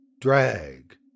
drag